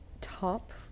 top